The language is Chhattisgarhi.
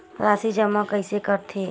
राशि जमा कइसे करथे?